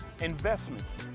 investments